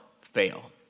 fail